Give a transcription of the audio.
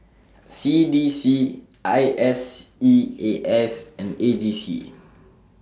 C D C IS E A S and A G C